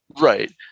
Right